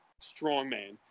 strongman